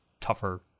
tougher